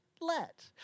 let